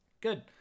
Good